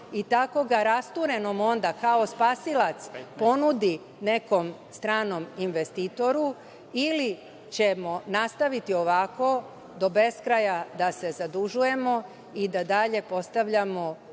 i tako ga rasturenom onda kao spasilac ponudi nekom stranom investitoru ili ćemo nastaviti ovako do beskraja da se zadužujemo i da dalje postavljamo